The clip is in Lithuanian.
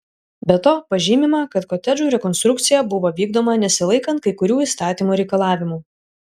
be to pažymima kad kotedžų rekonstrukcija buvo vykdoma nesilaikant kai kurių įstatymų reikalavimų